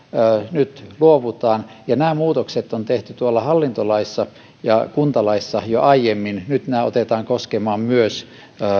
nyt luovutaan nämä muutokset on tehty hallintolaissa ja kuntalaissa jo aiemmin nyt nämä otetaan koskemaan myös